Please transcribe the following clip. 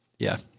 yeah.